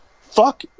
Fuck